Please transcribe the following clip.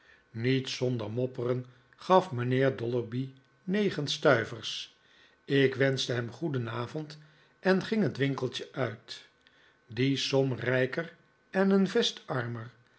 niet zonder mopperen gaf mijnheer dolloby negen stuivers ik wenschte hem goedenavond en ging het winkeltje uit die som rijker en een